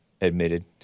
admitted